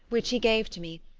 which he gave to me,